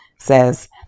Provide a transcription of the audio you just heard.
Says